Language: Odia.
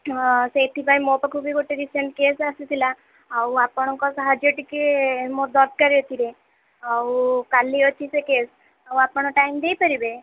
ହଁ ସେଥିପାଇଁ ମୋ ପାଖକୁ ଗୋଟେ ରିସେଣ୍ଟ କେସ୍ ଆସିଥିଲା ଆଉ ଆପଣଙ୍କର ସାହାଯ୍ୟ ଟିକେ ମୋର ଦରକାର ଏଥିରେ ଆଉ କାଲି ଅଛି ସେ କେସ୍ ଆଉ ଆପଣ ଟାଇମ୍ ଦେଇ ପାରିବେ